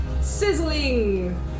Sizzling